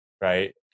right